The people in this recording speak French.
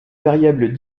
variables